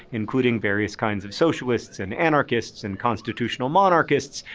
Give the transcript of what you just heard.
including various kinds of socialists, and anarchists, and constitutional monarchists,